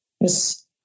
Yes